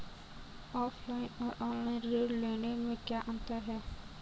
Offline और online ऋण लेने में क्या अंतर है?